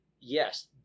yes